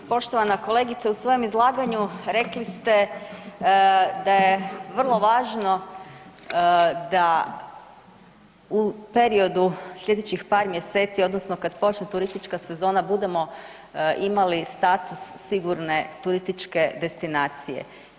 Poštovana kolegice u svojem izlaganju rekli ste da je vrlo važno da u periodu slijedećih par mjeseci odnosno kad počne turistička sezona budemo imali status sigurne turističke destinacije.